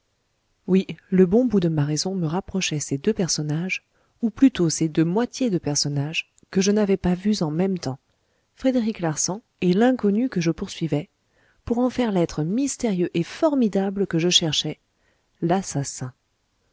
oui le bon bout de ma raison me rapprochait ces deux personnages ou plutôt ces deux moitiés de personnage que je n'avais pas vues en même temps frédéric larsan et l'inconnu que je poursuivais pour en faire l'être mystérieux et formidable que je cherchais l'assassin